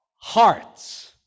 hearts